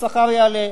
השכר יעלה.